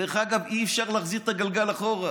דרך אגב, אי-אפשר להחזיר את הגלגל אחורה,